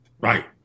Right